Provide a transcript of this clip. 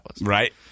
Right